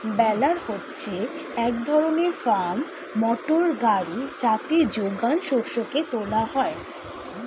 বেলার হচ্ছে এক ধরনের ফার্ম মোটর গাড়ি যাতে যোগান শস্যকে তোলা হয়